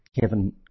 Kevin